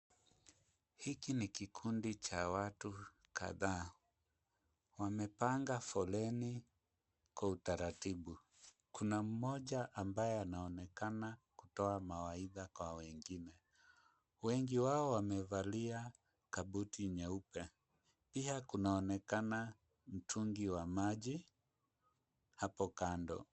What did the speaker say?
Hiki ni kikundi cha watu kadhaa. Wamepanga foleni kwa utaratibu. Kuna mmoja ambaye anaonekana kutoa mawaidha kwa wengine. Wengi wao wamevalia kabuti nyeupe. Pia kunaonekana mtungi wa maji hapo kando.